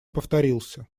повторился